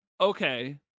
Okay